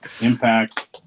impact